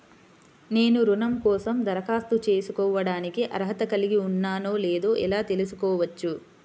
నేను రుణం కోసం దరఖాస్తు చేసుకోవడానికి అర్హత కలిగి ఉన్నానో లేదో ఎలా తెలుసుకోవచ్చు?